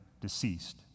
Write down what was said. deceased